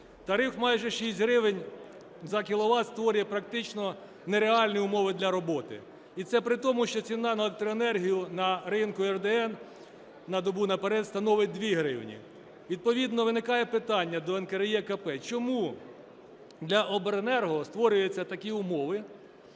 Тариф майже 6 гривень за кіловат створює практично нереальні умови для роботи, і це при тому, що ціна на електроенергію на ринку (РДН) "на добу наперед" становить 2 гривні. Відповідно виникає питання до НКРЕКП: чому для обленерго створюються такі умови,